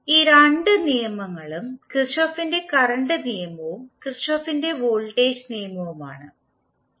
ഈ രണ്ട് നിയമങ്ങളും കിർചോഫിന്റെ കറണ്ട് നിയമവും Kirchhoff's current law കിർചോഫിന്റെ വോൾട്ടേജ് നിയമവുമാണ് Kirchhoff's voltage law